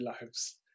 lives